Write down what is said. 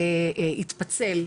התפצל,